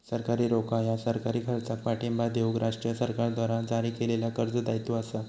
सरकारी रोखा ह्या सरकारी खर्चाक पाठिंबा देऊक राष्ट्रीय सरकारद्वारा जारी केलेल्या कर्ज दायित्व असा